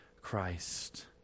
Christ